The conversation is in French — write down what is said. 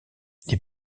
les